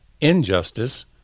injustice